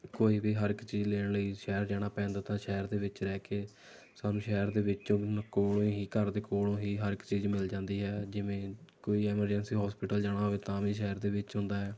ਕੋਈ ਵੀ ਹਰ ਇੱਕ ਚੀਜ਼ ਲੈਣ ਲਈ ਸ਼ਹਿਰ ਜਾਣਾ ਪੈਂਦਾ ਤਾਂ ਸ਼ਹਿਰ ਦੇ ਵਿੱਚ ਰਹਿ ਕੇ ਸਾਨੂੰ ਸ਼ਹਿਰ ਦੇ ਵਿੱਚ ਹੁਣ ਕੋਲੋਂ ਹੀ ਘਰ ਦੇ ਕੋਲੋਂ ਹੀ ਹਰ ਇੱਕ ਚੀਜ਼ ਮਿਲ ਜਾਂਦੀ ਹੈ ਜਿਵੇਂ ਕੋਈ ਐਮਰਜੈਂਸੀ ਹੋਸਪਿਟਲ ਜਾਣਾ ਹੋਵੇ ਤਾਂ ਵੀ ਸ਼ਹਿਰ ਦੇ ਵਿੱਚ ਹੁੰਦਾ ਹੈ